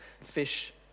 fish